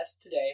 today